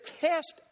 test